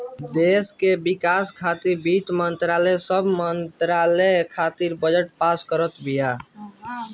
देस के विकास खातिर वित्त मंत्रालय सब मंत्रालय खातिर बजट पास करत बिया